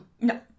No